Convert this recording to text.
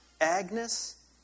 Agnes